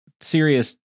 serious